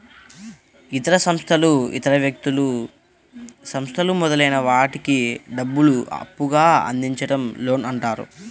ఇతర సంస్థలు ఇతర వ్యక్తులు, సంస్థలు మొదలైన వాటికి డబ్బును అప్పుగా అందించడం లోన్ అంటారు